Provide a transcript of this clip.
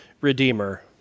Redeemer